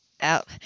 out